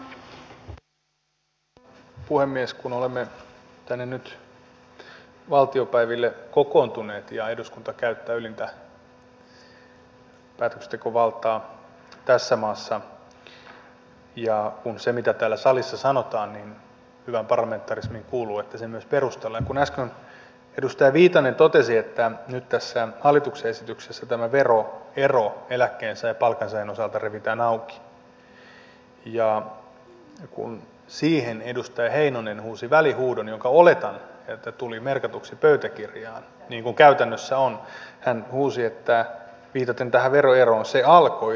kun olemme nyt tänne valtiopäiville kokoontuneet ja eduskunta käyttää ylintä päätöksentekovaltaa tässä maassa ja kun hyvään parlamentarismiin kuuluu että se mitä täällä salissa sanotaan myös perustellaan niin kun äsken edustaja viitanen totesi että nyt tässä hallituksen esityksessä tämä veroero eläkkeensaajan ja palkansaajan osalta revitään auki niin siihen edustaja heinonen huusi välihuudon jonka oletan tulleen merkatuksi pöytäkirjaan niin kuin käytäntö on ja hän huusi viitaten tähän veroeroon se alkoi rinteen aikana